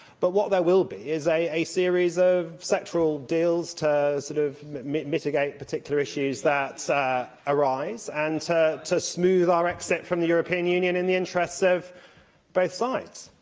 but what there will be is a a series of sectoral deals to sort of mitigate particular issues that arise and to to smooth our exit from the european union in the interests of both sides.